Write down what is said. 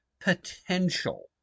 potential